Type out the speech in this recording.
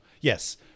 yes